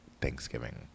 Thanksgiving